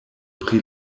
pri